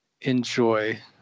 enjoy